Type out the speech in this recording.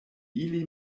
ili